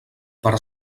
per